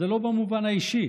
זה לא במובן האישי